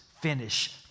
finish